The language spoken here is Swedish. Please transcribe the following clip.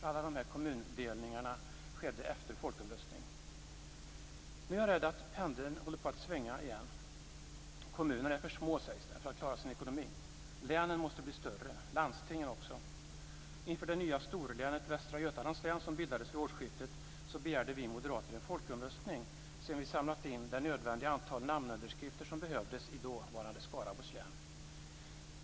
Nu är jag rädd att pendeln håller på att svänga igen. Kommunerna är för små, sägs det, för att klara sin ekonomi. Länen och landstingen måste bli större. Inför beslutet om det nya storlänet Västra Götalands län, som bildades vid årsskiftet, begärde vi moderater en folkomröstning sedan vi samlat in det nödvändiga antal namnunderskrifter som behövdes i dåvarande Skaraborgs län.